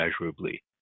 measurably